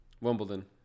Wimbledon